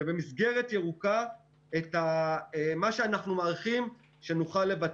ובמסגרת ירוקה את מה שאנחנו מעריכים שנוכל לבצע.